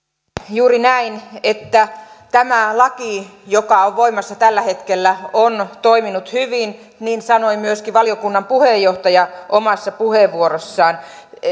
juuri näin että tämä laki joka on voimassa tällä hetkellä on toiminut hyvin niin sanoi myöskin valiokunnan puheenjohtaja omassa puheenvuorossaan